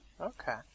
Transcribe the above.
Okay